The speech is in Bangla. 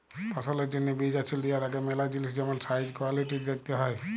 ফসলের জ্যনহে বীজ বাছে লিয়ার আগে ম্যালা জিলিস যেমল সাইজ, কোয়ালিটিজ দ্যাখতে হ্যয়